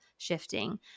Shifting